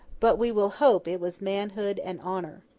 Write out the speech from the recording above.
but we will hope it was manhood and honour.